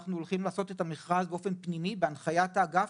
אנחנו הולכים לעשות את המכרז באופן פנימי בהנחיית האגף